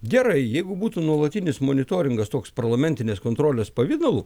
gerai jeigu būtų nuolatinis monitoringas toks parlamentinės kontrolės pavidalu